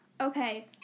Okay